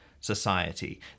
society